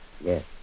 Yes